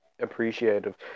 appreciative